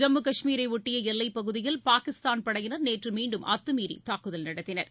ஜம்மு கஷ்மீரை ஒட்டிய எல்லைப்பகுதியில் பாகிஸ்தான் படையினர் நேற்று மீண்டும் அத்தமீறி தாக்குதல் நடத்தினர்